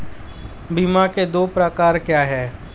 बीमा के दो प्रकार क्या हैं?